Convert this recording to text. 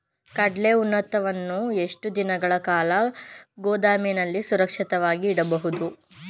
ಕಡ್ಲೆ ಉತ್ಪನ್ನವನ್ನು ಎಷ್ಟು ದಿನಗಳ ಕಾಲ ಗೋದಾಮಿನಲ್ಲಿ ಸುರಕ್ಷಿತವಾಗಿ ಇಡಬಹುದು?